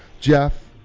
Jeff